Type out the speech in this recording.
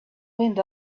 wind